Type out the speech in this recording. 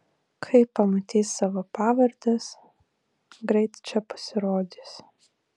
kai pamatys savo pavardes greit čia pasirodys